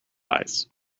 lies